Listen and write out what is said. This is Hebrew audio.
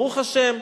ברוך השם,